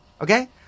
Okay